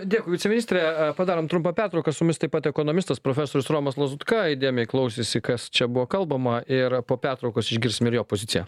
dėkui viceministre padarom trumpą pertrauką su mumis taip pat ekonomistas profesorius romas lazutka įdėmiai klausėsi kas čia buvo kalbama ir po pertraukos išgirsim ir jo poziciją